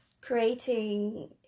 creating